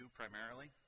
primarily